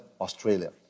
Australia